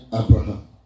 Abraham